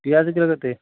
ପିଆଜ କିଲୋ କେତେ